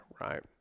right